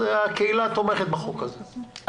הקהילה תומכת בהצעת החוק הזאת.